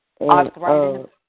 Arthritis